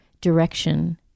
direction